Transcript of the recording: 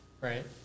right